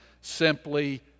simply